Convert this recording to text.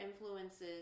influences